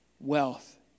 Wealth